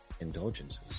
Indulgences